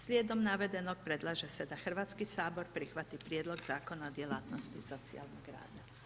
Slijedom navedenog predlaže se da Hrvatski sabor prihvati prijedlog Zakona o djelatnosti socijalnog rada.